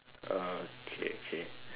okay okay